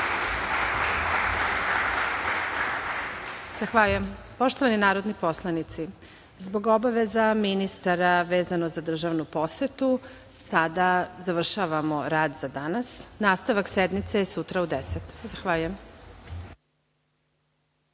Hvala. Poštovani narodni poslanici, zbog obaveza ministara vezano za državnu posetu, sada završavamo rad za danas. Nastavak sednice je sutra u 10.00 časova. Hvala.